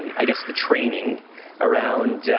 i guess the training around